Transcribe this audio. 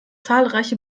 zahlreiche